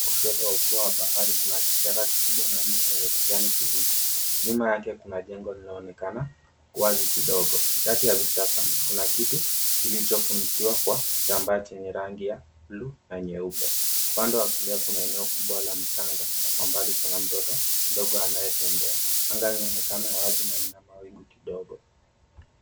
Kushoto wa ufuo wa bahari kuna kichaka kikubwa na miti yenye kijani kibichi. Nyuma yake kuna jengo linaonekana wazi kidogo. Kati ya vichaka kuna kitu kilichofunikiwa kwa kitambaa chenye rangi ya bluu na nyeupe. Upande wakulia kuna eneo kubwa la mchanga kwa mbali kuna mtoto mdogo anayetembea. Anga linaonekana wazi na lina mawingu kidogo.